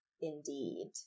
Indeed